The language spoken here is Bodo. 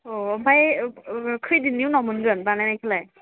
अ ओमफ्राय खोयदिननि उनाव मोनगोन बानायनायखौलाय